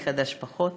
מי חדש פחות.